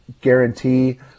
guarantee